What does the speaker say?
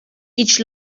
each